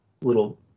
little